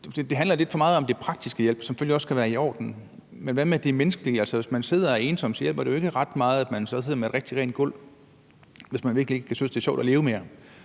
Det handler lidt for meget om den praktiske hjælp, som selvfølgelig også skal være i orden, men hvad med det menneskelige? Hvis man sidder og er ensom, hjælper det jo ikke ret meget, at man så sidder med et rigtig rent gulv, hvis man virkelig ikke synes, det er sjovt at leve mere.